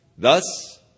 Thus